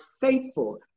faithful